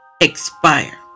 expire